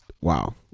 wow